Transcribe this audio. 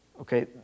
Okay